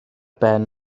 ben